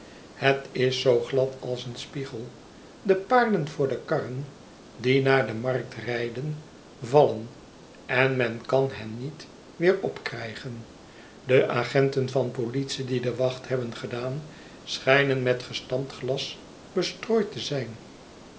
het is zoo glad als een spiegel de paarden voor de karren die naar de markt rijden vallen en men kan hen niet weer opkrijgen de agenten van politic die de wacht hebben gedaan schijnen met gestampt glas bestrooid te zijn